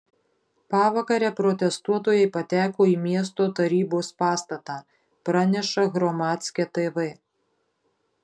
pavakarę protestuotojai pateko į miesto tarybos pastatą praneša hromadske tv